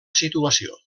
situació